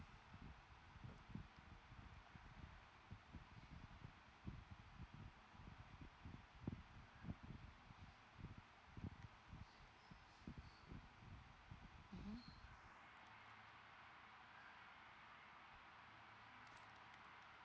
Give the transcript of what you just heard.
mmhmm